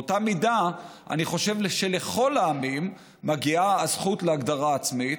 באותה מידה אני חושב שלכל העמים מגיעה הזכות להגדרה עצמית,